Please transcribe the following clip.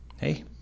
Hey